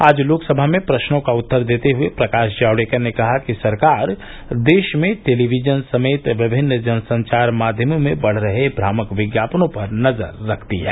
आज लोकसभा में प्रश्नों का उत्तर देते हुए प्रकाश जावड़ेकर ने कहा कि सरकार देश में टेलीविजन समेत विभिन्न जन संचार माध्यमों में बढ़ रहे भ्रामक विज्ञापनों पर नजर रखती है